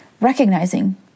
recognizing